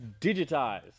digitized